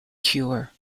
cure